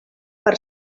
per